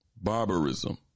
barbarism